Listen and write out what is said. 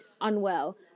unwell